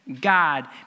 God